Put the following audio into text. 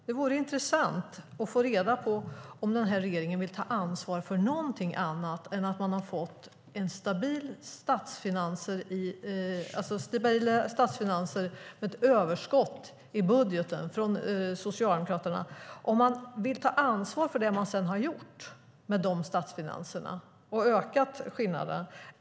Det vore intressant att få reda på om regeringen vill ta ansvar för någonting annat än att få stabila statsfinanser - ett överskott i budgeten, som Socialdemokraterna hade - och om man vill ta ansvar för det man sedan har gjort med de statsfinanserna och ökat skillnaderna.